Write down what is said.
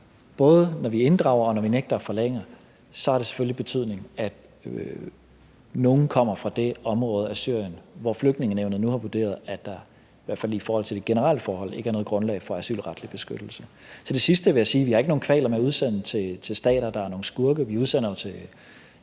Både når vi inddrager og når vi nægter at forlænge dem, har det selvfølgelig betydning, at nogle kommer fra det område af Syrien, hvor Flygtningenævnet nu har vurderet, at der i hvert fald i forhold til de generelle forhold ikke er noget grundlag for asylretlig beskyttelse. Til det sidste vil jeg sige, at vi ikke har nogen kvaler med at udsende til stater, der er nogle skurke; vi udsender jo